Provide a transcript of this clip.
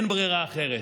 אין ברירה אחרת,